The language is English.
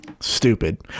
Stupid